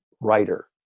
writer